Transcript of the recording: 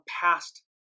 past